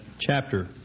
chapter